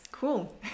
Cool